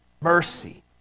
Mercy